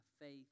faith